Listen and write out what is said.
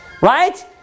Right